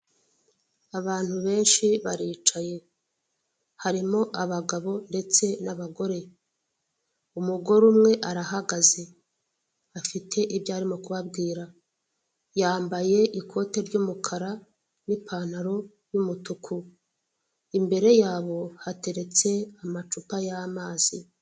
Abayobozi bari kugenda batembera mu kigo cyo kwivurizamo, bari kugenda bareba ibikorwa runaka byakorwa cyangwa ibyakemuka.